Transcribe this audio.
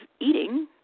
eating